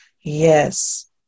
yes